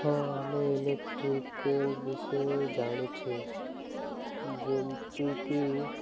ହଁ ଆମେ ଇଲେକ୍ଟ୍ରିକାଲ୍ ବିଷୟ ଜାଣୁଛି ଯେମିତିକି